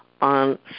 on